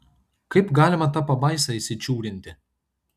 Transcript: kaip galima tą pabaisą įsičiūrinti